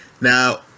Now